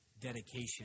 dedication